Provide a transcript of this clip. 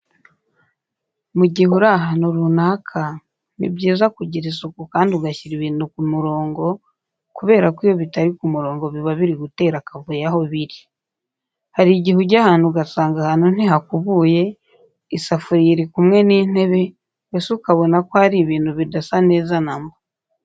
Mu gihe uri ahantu runaka ni byiza kugira isuku kandi ugashyira ibintu ku murongo kubera ko iyo bitari ku murongo biba biri gutera akavuyo aho biri. Hari igihe ujya ahantu ugasanga ahantu ntihakubuye, isafuriya iri kumwe n'intebe, mbese ukabona ko ari ibintu bidasa neza na mba.